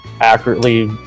accurately